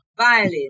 violin